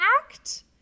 act